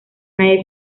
nadie